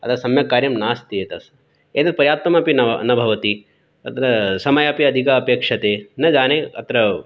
अतः सम्यक् कार्यं नास्ति एतस् एतद् पर्याप्तम् अपि न न भवति तत्र समयः अपि अधिकः अपेक्षते न जाने अत्र